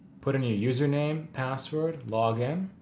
put in your username, password, log in.